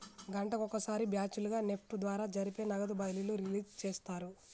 గంటకొక సారి బ్యాచ్ లుగా నెఫ్ట్ ద్వారా జరిపే నగదు బదిలీలు రిలీజ్ చేస్తారు